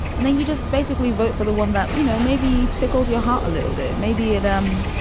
and then you just basically vote for the one that, you know, maybe tickled your heart a little bit. maybe adam,